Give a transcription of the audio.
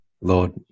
Lord